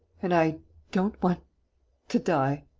and i don't want to die.